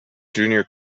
junior